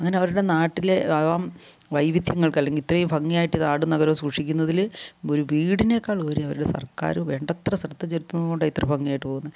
അങ്ങനെ അവരുടെ നാട്ടിൽ വൈവിദ്ധ്യങ്ങൾക്ക് അല്ലങ്കിൽ ഇത്രയും ഭ്ംഗിയായിട്ട് ഈ നാടും നഗരവും സൂക്ഷിക്കുന്നതിൽ വീടിനേക്കാൾ ഉപരി അവരുടെ സർക്കാർ വേണ്ടത്ര ശ്രദ്ധ ചെലുത്തുന്നത് കൊണ്ടാണ് ഇത്ര ഭംഗിയായിട്ട് പോകുന്നത്